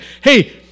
Hey